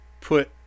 put